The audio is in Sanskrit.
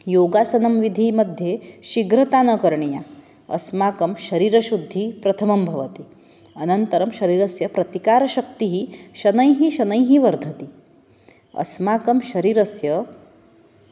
योगासनविधिमध्ये शीघ्रता न करणीया अस्माकं शरीरशुद्धिः प्रथमं भवति अनन्तरं शरीरस्य प्रतीकारशक्तिः शनैः शनैः वर्धते अस्माकं शरीरस्य